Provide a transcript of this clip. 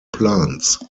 plants